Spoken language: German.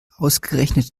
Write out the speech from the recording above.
ausgerechnet